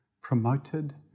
promoted